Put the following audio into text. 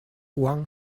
one